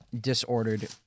disordered